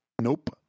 nope